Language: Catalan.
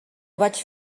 vaig